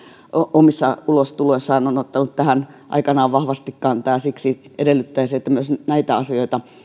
omissa ulostuloissaan on ottanut tähän aikanaan vahvasti kantaa ja siksi edellyttäisin että myös näitä asioita